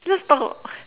let's talk about